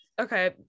okay